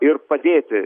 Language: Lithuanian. ir padėti